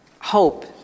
hope